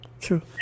True